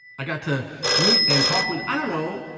i got to meet and talk with, i don't know,